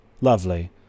lovely